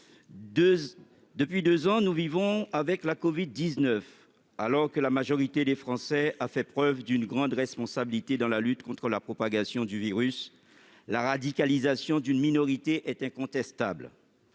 depuis deux ans, nous vivons avec la covid-19. Alors que la majorité des Français a fait preuve d'une grande responsabilité dans la lutte contre la propagation du virus, la radicalisation d'une minorité est incontestable.